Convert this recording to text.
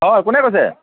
অঁ কোনে কৈছে